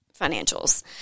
financials